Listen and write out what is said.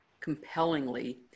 compellingly